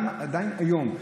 גם היום,